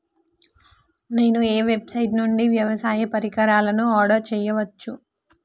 నేను ఏ వెబ్సైట్ నుండి వ్యవసాయ పరికరాలను ఆర్డర్ చేయవచ్చు?